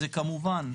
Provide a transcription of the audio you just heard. זה כמובן,